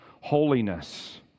holiness